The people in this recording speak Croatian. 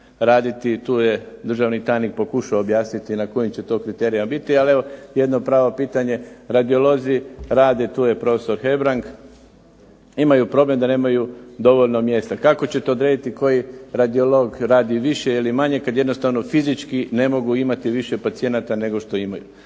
raditi? Tu je državni tajnik pokušao objasniti na kojim će to kriterijima biti, ali evo jedno pravo pitanje, radiolozi rade, tu je prof. Hebrang, imaju problem da nemaju dovoljno mjesta. Kako ćete odrediti koji radiolog radi više ili manje kad jednostavno fizički ne mogu imati više pacijenata nego što imaju?